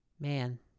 man